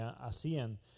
hacían